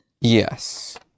Yes